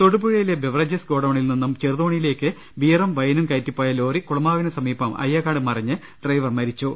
തൊടുപുഴയിലെ beverages ഗോഡൌണിൽ നിന്നും ചെറുതോണിയിലേക്ക് ബിയറും വൈനും കയറ്റിപ്പോയ ലോറി കുളമാവിന് സമീപം അയ്യകാട് മറിഞ്ഞ് ഡ്രൈവർ മരിച്ചു